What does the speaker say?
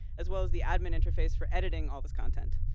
as well as the admin interface for editing all this content.